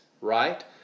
right